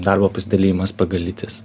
darbo pasidalijimas pagal lytis